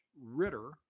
Ritter